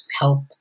help